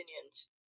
opinions